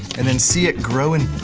and then see it grow and